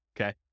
okay